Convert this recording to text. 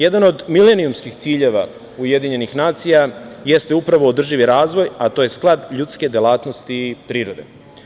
Jedan od milenijumskih ciljeva UN, jeste upravo održivi razvoj, a to je sklad ljudske delatnosti prirode.